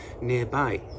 nearby